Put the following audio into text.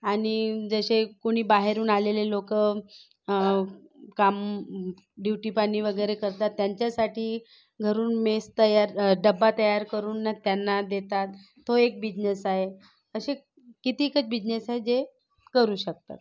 आणि जसे कोणी बाहेरून आलेले लोक काम ड्युटीपाणी वगैरे करतात त्यांच्यासाठी घरून मेस तयार डब्बा तयार करून त्यांना देतात तो एक बिजनेस आहे असे कितीकेक बिझनेस आहेत करू शकतात